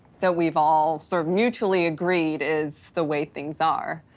that we've all sort of mutually agreed is the way things are.